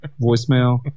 voicemail